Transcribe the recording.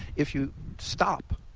if you stop,